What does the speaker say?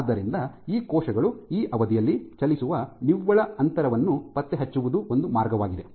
ಆದ್ದರಿಂದ ಈ ಕೋಶಗಳು ಆ ಅವಧಿಯಲ್ಲಿ ಚಲಿಸುವ ನಿವ್ವಳ ಅಂತರವನ್ನು ಪತ್ತೆಹಚ್ಚುವುದು ಒಂದು ಮಾರ್ಗವಾಗಿದೆ